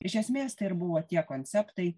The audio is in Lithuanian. iš esmės tai ir buvo tie konceptai